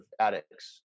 addicts